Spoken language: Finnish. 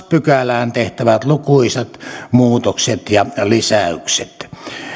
pykälään tehtävät lukuisat muutokset ja lisäykset